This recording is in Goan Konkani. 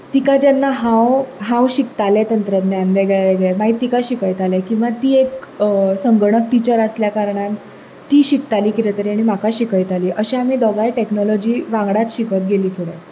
तिका जेन्ना हांव हांव शिकतालें तंत्रज्ञान वेगळें वेगळें मागीर तिका शिकयतालें ती एक संगणक टिचर आसल्या कारणान ती शिकताली कितें तरी आनी म्हाका शिकयताली अशें आमी दोगांय टॅक्नोलॉजी वांगडाच शिकत गेली फुडें